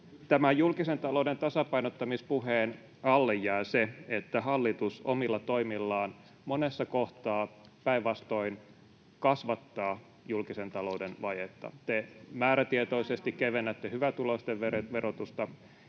tämän julkisen talouden tasapainottamispuheen alle jää se, että hallitus omilla toimillaan monessa kohtaa päinvastoin kasvattaa julkisen talouden vajetta. Te määrätietoisesti kevennätte hyvätuloisten verotusta,